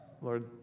Lord